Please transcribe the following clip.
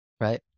Right